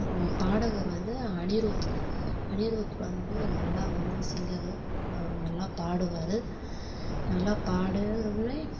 பாடகர் வந்து அனிரூத் அனிரூத் வந்து நல்லா வந்து சிங்கர் அவர் நல்லா பாடுவார் நல்லா பாடுமே